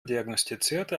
diagnostizierte